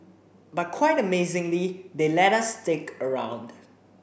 but quite amazingly they let us stick around